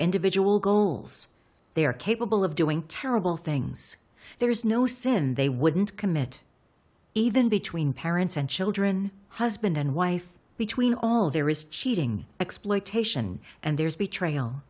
individual goals they are capable of doing terrible things there is no sin they wouldn't commit even between parents and children husband and wife between all there is cheating exploitation and there's betrayal